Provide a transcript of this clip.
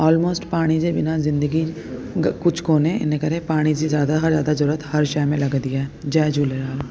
almost पाणी जे बिना ज़िंदगी कुझु कोन्हे हिन करे पाणी जी ज़्यादा खां ज़्यादा ज़रूरत हर शइ में लॻंदी आहे जय झूलेलाल